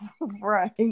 right